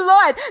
Lord